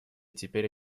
теперь